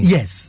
Yes